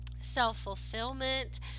self-fulfillment